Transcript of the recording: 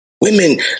Women